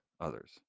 others